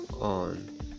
on